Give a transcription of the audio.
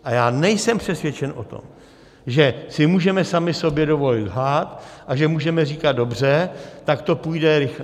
A já nejsem přesvědčen o tom, že si můžeme sami sobě dovolit lhát a že můžeme říkat dobře, tak to půjde rychleji.